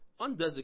undesignated